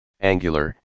Angular